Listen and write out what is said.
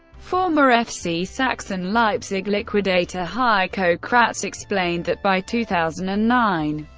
former fc sachsen leipzig liquidator heiko kratz explained that by two thousand and nine,